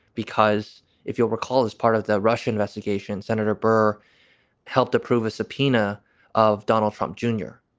because if you'll recall his. part of the russia investigation, senator burr helped approve a subpoena of donald trump jr.